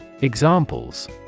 Examples